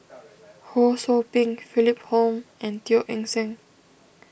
Ho Sou Ping Philip Hoalim and Teo Eng Seng